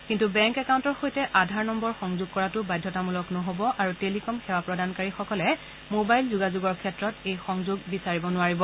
কিন্তু বেংক একাউণ্টৰ সৈতে আধাৰ নম্বৰ সংযোগ কৰাটো বাধ্যতামূলক নহব আৰু টেলিকম সেৱা প্ৰদানকাৰীসকলে মোবাইল যোগাযোগৰ ক্ষেত্ৰত এই সংযোগ বিচাৰিব নোৱাৰিব